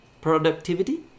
productivity